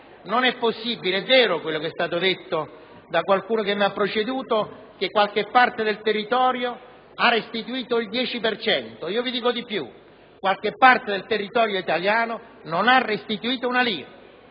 della gente. È vero quello che è stato detto da chi mi ha preceduto, che qualche parte del territorio ha restituito il 10 per cento. Io vi dico di più: qualche parte del territorio italiano non ha restituito nulla.